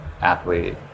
athlete